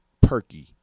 Perky